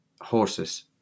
horses